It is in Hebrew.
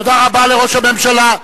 תודה רבה לראש הממשלה.